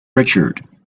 richard